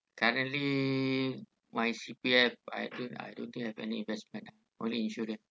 currently my C_P_F I don't I don't think have any investment lah only insurance